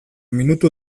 minutu